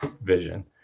vision